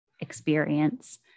experience